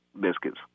biscuits